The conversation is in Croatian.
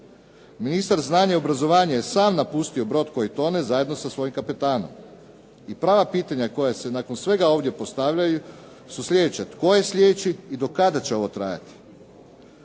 Ministar znanja i obrazovanja je sam napustio brod koji tone zajedno sa svojim kapetanom. I prava pitanja koja se nakon svega ovdje postavljaju su slijedeća, tko je slijedeći i do kada će ovo trajati.